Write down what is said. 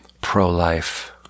pro-life